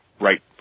right